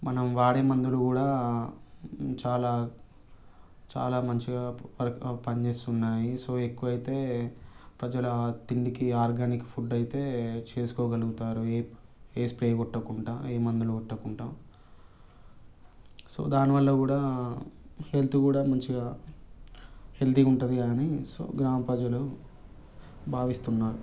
మనం వాడే మందులు కూడా చాలా చాలా మంచిగా పని చేస్తున్నాయి సో ఎక్కువైతే ప్రజల తిండికి ఆర్గానిక్ ఫుడ్ అయితే చేసుకోగలుగుతారు ఏ ఏ స్ప్రే కొట్టకుండా ఏ మందులు కొట్టకుండా సో దాని వల్ల కూడా హెల్త్ కూడా మంచిగా హెల్తీగా ఉంటుంది అని సో గ్రామ ప్రజలు భావిస్తున్నారు